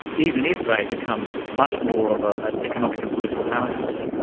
even if they become much more of ah an economic and political powerhouse.